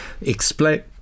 explain